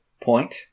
point